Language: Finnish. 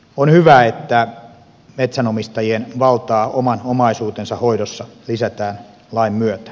on hyvä että metsänomistajien valtaa oman omaisuutensa hoidossa on lisätty lain myötä